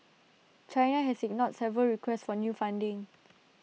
China has ignored several requests for new funding